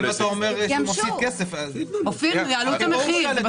אבל אם אתה אומר שאתם תפסידו אז ברור שיהיה צורך להעלות את המחיר.